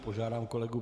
Požádám kolegu